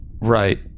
Right